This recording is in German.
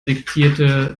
diktierte